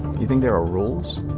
you think there are rules?